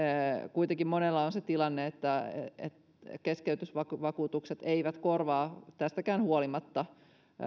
kuitenkin monella on se tilanne että että keskeytysvakuutukset eivät korvaa tästäkään huolimatta